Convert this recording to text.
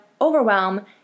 overwhelm